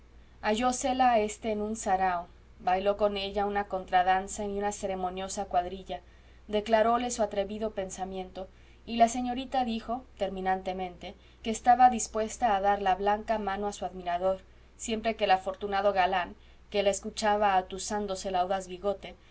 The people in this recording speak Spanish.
oficial hallósela éste en un sarao bailó con ella una contradanza y una ceremoniosa cuadrilla declaróle su atrevido pensamiento y la señorita dijo terminantemente que estaba dispuesta a dar la blanca mano a su admirador siempre que el afortunado galán que la escuchaba atusándose el audaz bigote se dirigiera como hacerlo debe todo caballero